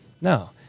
No